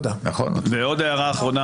ועוד הערה אחרונה.